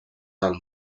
del